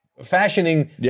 fashioning